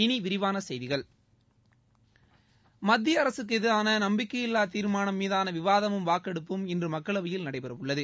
இனி விரிவான செய்திகள் மத்திய அரசுக்கு எதிரான நம்பிக்கையில்லா தீர்மானம் மீதான விவாதமும் வாக்கெடுப்பும் இன்று மக்களவையில் நடைபெறவுள்ளது